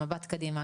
המבט קדימה.